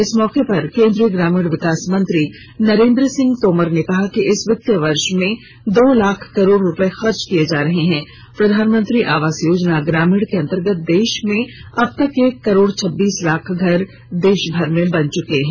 इस मौके पर केंद्रीय ग्रामीण विकास मंत्री नरेंद्र सिंह तोमर ने कहा कि इस वित्तीय वर्ष में दो लाख करोड़ रुपये खर्च किए जा रहे हैं प्रधानमंत्री आवास योजना ग्रामीण के अंतर्गत देश में अब तक एक करोड़ छब्बीस लाख घर देश भर में बन चुके हैं